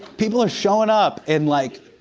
people are showing up and like,